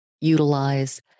utilize